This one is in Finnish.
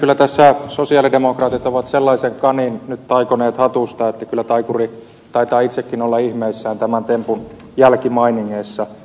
kyllä tässä sosialidemokraatit ovat sellaisen kanin nyt taikoneet hatusta että kyllä taikuri taitaa itsekin olla ihmeissään tämän tempun jälkimainingeissa